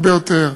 הרבה יותר.